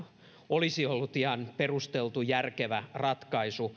olisi ollut ihan perusteltu järkevä ratkaisu mutta